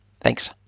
Thanks